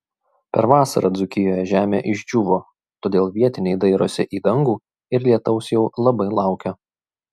per vasarą dzūkijoje žemė išdžiūvo todėl vietiniai dairosi į dangų ir lietaus jau labai laukia